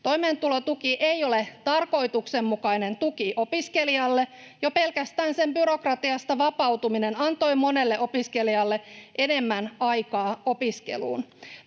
Toimeentulotuki ei ole tarkoituksenmukainen tuki opiskelijalle. Jo pelkästään sen byrokratiasta vapautuminen antoi monelle opiskelijalle enemmän aikaa opiskeluun.